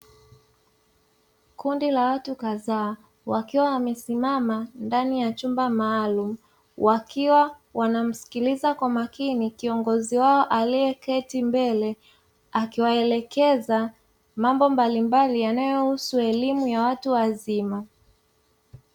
Kundi la watu kazaa wakiwa wamesimama ndani ya chumba maalumu, wakiwa wanamsikiliza kwa makini kiongozi wao alieketi mbele akiwaelekeza mambo mbalimbali yanayohusu elimu ya watu wazima.